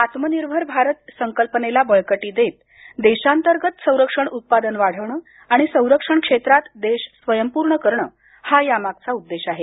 आत्मनिर्भर भारत संकल्पनेला बळकटी देत देशांतर्गत संरक्षण उत्पादन वाढवणं आणि संरक्षण क्षेत्रात देश स्वयंपूर्ण करण हा यामागचा उद्देश आहे